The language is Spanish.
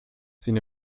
sin